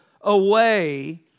away